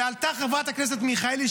ועלתה חברת הכנסת מיכאלי,